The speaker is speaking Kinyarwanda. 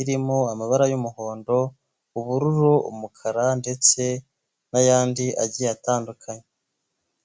irimo amabara y'umuhondo, ubururu, umukara ndetse n'ayandi agiye atandukanye.